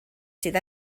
sydd